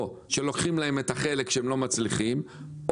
או שלוקחים להם את החלק שהם לא מצליחים או